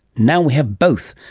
now we have both,